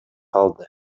алды